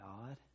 God